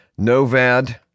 Novad